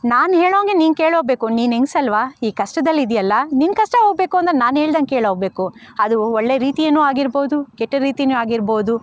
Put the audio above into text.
ನಾನು ಹೇಳೋಹಂಗೆ ನೀನು ಕೇಳೋಗ್ಬೇಕು ನೀನು ಹೆಂಗ್ಸಲ್ವ ಈಗ ಕಷ್ಟದಲ್ಲಿ ಇದ್ದೀಯಲ್ಲ ನಿನ್ನ ಕಷ್ಟ ಹೋಗ್ಬೇಕು ಅಂದರೆ ನಾನು ಹೇಳ್ದಂಗೆ ಕೇಳೋಗ್ಬೇಕು ಅದು ಒಳ್ಳೆ ರೀತಿಯೂ ಆಗಿರ್ಬೋದು ಕೆಟ್ಟ ರೀತಿಯೂ ಆಗಿರ್ಬೋದು